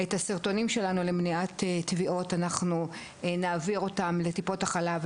את הסרטונים שלנו למניעת טביעות נעביר לטיפות החלב,